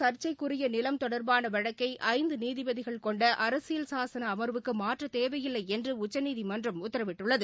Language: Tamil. அயோத்தியில் சங்கைக்குரிய நிலம் தொடர்பான வழக்கை ஐந்து நீதிபதிகள் கொண்ட அரசியல் சாசன அம்வுக்கு மாற்ற தேவையில்லை என்று உச்சநீதிமன்றம் உத்தரவிட்டுள்ளது